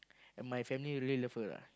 and my family really love her lah